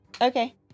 Okay